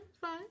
fine